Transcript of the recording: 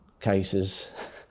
cases